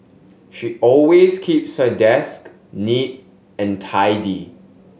she always keeps her desk neat and tidy